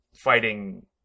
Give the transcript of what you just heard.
fighting